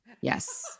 Yes